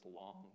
long